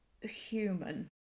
human